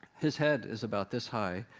his head is about this high,